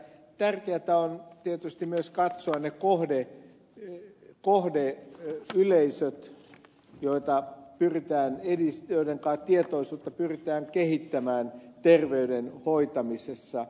tärkeätä on tietysti myös katsoa kohden eli kohde yleisöt joita ylittää ne kohdeyleisöt joidenka tietoisuutta pyritään kehittämään terveyden hoitamisessa ja edistämisessä